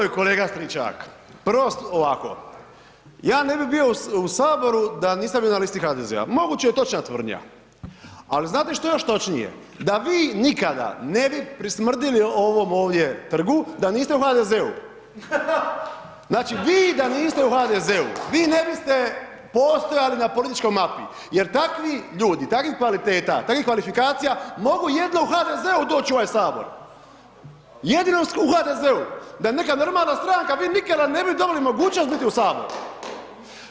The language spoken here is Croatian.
E moj kolega Stričak, prvo ovako, ja ne bi bio u HS da nisam bio na listi HDZ, moguća je točna tvrdnja, ali znate što je još točnije, da vi nikada ne bi prismrdili ovom ovdje trgu da niste u HDZ-u, znači, vi da niste u HDZ-u vi ne biste postojali na političkoj mapi jer takvi ljudi, takvih kvaliteta, takvih kvalifikacija mogu jedino u HDZ-u doć u ovaj HS, jedino u HDZ-u, da je neka normalna stranka vi nikada ne bi dobili mogućnost biti u HS.